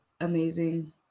amazing